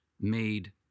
made